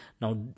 Now